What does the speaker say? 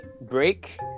break